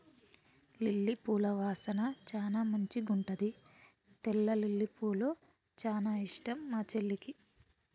lily పూల వాసన చానా మంచిగుంటది తెల్ల లిల్లీపూలు చానా ఇష్టం మా చెల్లికి